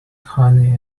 honey